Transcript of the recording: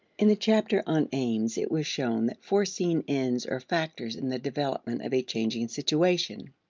in the chapter on aims it was shown that foreseen ends are factors in the development of a changing situation.